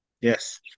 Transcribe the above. yes